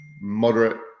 moderate